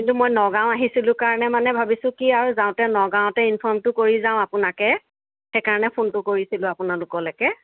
কিন্তু মই নগাওঁ আহিছিলোঁ কাৰণে মানে ভাবিছোঁ আৰু যাওঁতে নগাওঁতে ইনৰ্ফমটো কৰি যাওঁ আপোনাকে সেই কাৰণে ফোনটো কৰিছিলোঁ আপোনালোকলৈকে